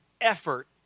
effort